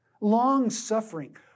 long-suffering